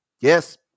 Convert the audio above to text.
Yes